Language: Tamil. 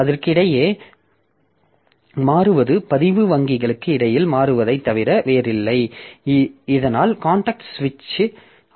அவற்றுக்கிடையே மாறுவது பதிவு வங்கிகளுக்கு இடையில் மாறுவதைத் தவிர வேறில்லை இதனால் காண்டெக்ஸ்ட் சுவிட்ச் ஆகிறது